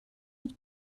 mit